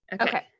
Okay